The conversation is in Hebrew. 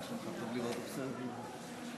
פרק זמן סביר בהחלט ניתן על מנת לברך את הנואם.